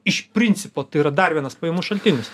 iš principo tai yra dar vienas pajamų šaltinis